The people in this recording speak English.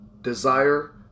desire